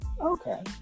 Okay